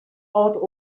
out